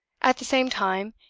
at the same time,